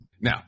Now